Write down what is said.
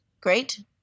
great